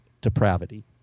depravity